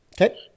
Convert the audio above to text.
Okay